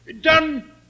Done